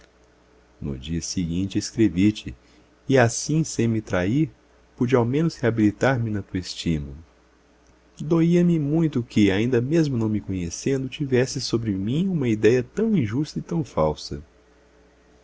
no dia seguinte escrevi te e assim sem me trair pude ao menos reabilitar me na tua estima doía-me muito que ainda mesmo não me conhecendo tivesses sobre mim uma idéia tão injusta e tão falsa